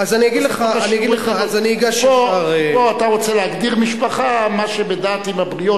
פה אתה רוצה להגדיר משפחה מה שבדעת עם הבריות,